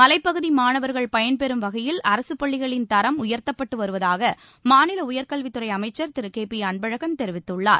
மலைப்பகுதி மாணவர்கள் பயன்பெறும் வகையில் அரசுப் பள்ளிகளின் தரம் உயர்த்தரப்பட்டு வருவதாக மாநில உயர்கல்வித்துறை அமைச்சர் திரு கே பி அன்பழகன் தெரிவித்துள்ளார்